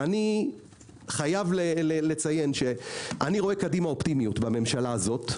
ואני רואה קדימה אופטימיות בממשלה הזאת,